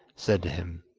said to him